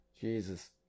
Jesus